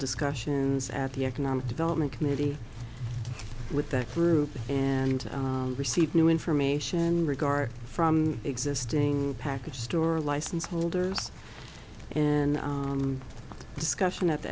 discussions at the economic development committee with that group and received new in for me ation regard from existing package store license holders and discussion at the